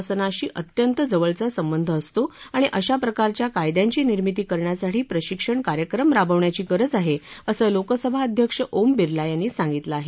प्रभावी कायद्यांचा स्शासनाशी अत्यंत जवळचा संबंध असतो आणि अशा प्रकारच्या कायद्यांची निर्मिती करण्यासाठी प्रशिक्षण कार्यक्रम राबवण्याची गरज आहे असं लोकसभा अध्यक्ष ओम बिर्ला यांनी सांगितलं आहे